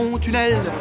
tunnel